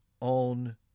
on